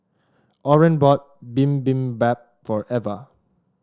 Oren bought Bibimbap for Eva